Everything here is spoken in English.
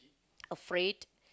afraid